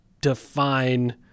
define